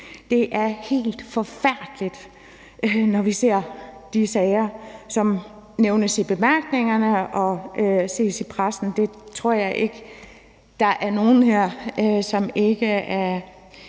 Det er helt forfærdeligt, når vi ser de sager, som nævnes i bemærkningerne og ses i pressen. Jeg tror ikke, der er nogen her, som ikke er